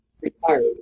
retired